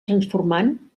transformant